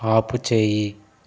ఆపుచేయి